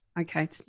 Okay